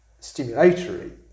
stimulatory